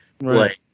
Right